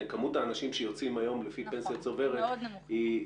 כמות האנשים שיוצאים היום לפי פנסיה צוברת --- היא מאוד נמוכה.